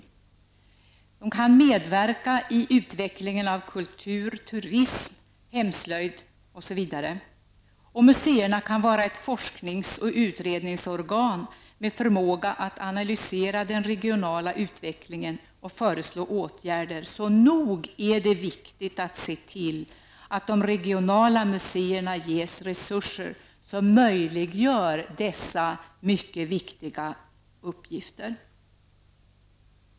Museerna kan medverka i utvecklingen av kultur, turism, hemslöjd m.m. Museerna kan vara ett forsknings och utredningsorgan med förmåga att analysera den regionala utvecklingen och föreslå åtgärder. Så nog är det viktigt att se till att de regionala museerna ges resurser som möjliggör dessa mycket viktiga uppgifter.